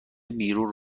بیرون